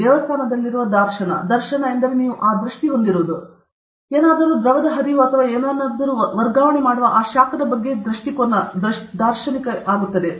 ದೇವಸ್ಥಾನದಲ್ಲಿರುವ ಧಾರ್ಶನ ದರ್ಶನ್ ಎಂದರೆ ನೀವು ಆ ದೃಷ್ಟಿ ಹೊಂದಿರುವುದು ಏನಾದರೂ ದ್ರವದ ಹರಿವು ಅಥವಾ ಏನನ್ನಾದರೂ ವರ್ಗಾವಣೆ ಮಾಡುವ ಆ ಶಾಖದ ದೃಷ್ಟಿ ನೀವು ಏನು ಸಂಪೂರ್ಣ ಕಲ್ಪನೆಯನ್ನು ಹೊಂದಿದ್ದೀರಿ